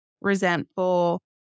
resentful